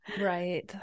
Right